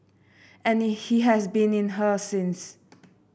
and he has been in her since